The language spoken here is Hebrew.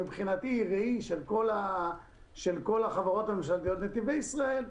שמבחינתי היא ראי של כל החברות הממשלתיות נתיבי ישראל.